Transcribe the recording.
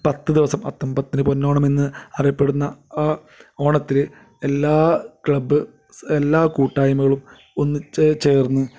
പത്ത് ദിവസം അത്തം പത്തിന് പൊന്നോണമെന്ന് അറിയപ്പെടുന്ന ആ ഓണത്തിൽ എല്ലാ ക്ലബ്ബ് എല്ലാ കൂട്ടായ്മകളും ഒന്നിച്ച് ചേർന്ന്